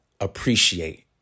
appreciate